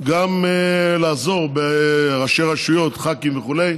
גם לעזור, ראשי רשויות, ח"כים וכו'